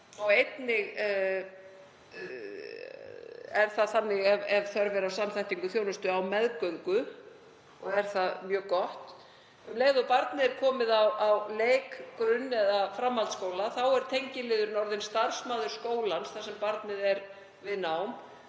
og einnig er það þannig ef þörf er á samþættingu þjónustu á meðgöngu, og er það mjög gott. Um leið og barnið er komið í leik-, grunn- eða framhaldsskóla er tengiliðurinn orðinn starfsmaður skólans þar sem barnið er við nám.